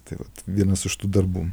tai vat vienas iš tų darbų